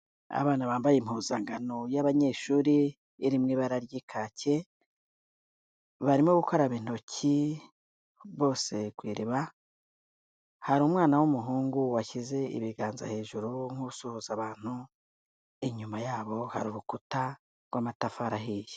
Abana bambaye impuzangano y'abanyeshuri iri mu ibara ry'ikacye, barimo gukaraba intoki bose ku iriba, hari umwana w'umuhungu washyize ibiganza hejuru nk'usuhuza abantu, inyuma yabo hari urukuta rw'amatafari ahiye.